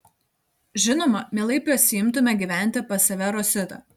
žinoma mielai pasiimtume gyventi pas save rositą